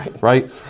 right